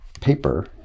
paper